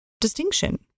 distinction